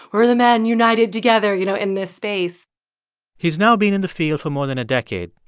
we're the men united together, you know, in this space he's now been in the field for more than a decade.